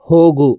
ಹೋಗು